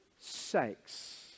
sakes